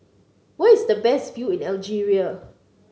where is the best view in Algeria